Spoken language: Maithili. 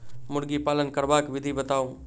मुर्गी पालन करबाक विधि बताऊ?